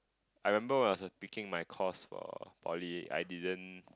I remember when I was picking my course for poly I didn't